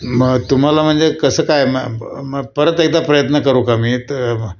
मग तुम्हाला म्हणजे कसं काय मग परत एकदा प्रयत्न करू का मी त